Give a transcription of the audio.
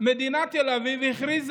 מדינת ישראל הכריזה